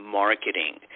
marketing